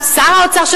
שר האוצר,